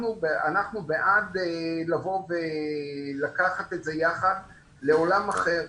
אנחנו בעד לבוא ולקחת את זה יחד לעולם אחר,